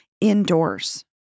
indoors